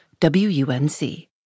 WUNC